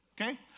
Okay